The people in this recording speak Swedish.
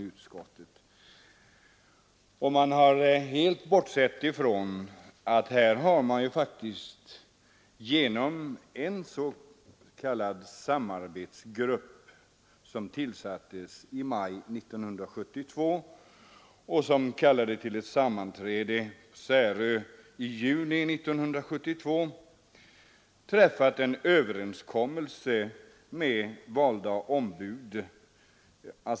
Utskottet har helt bortsett från att man faktiskt genom en s.k. samarbetsgrupp, som tillsattes i maj 1972 och som kallade till ett sammanträde på Särö i juli 1972, träffat en överenskommelse med utvalda ombud.